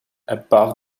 above